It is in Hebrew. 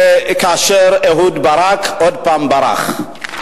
כאשר אהוד ברק עוד פעם ברח.